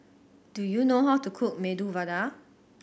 do you know how to cook Medu Vada